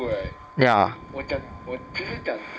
ya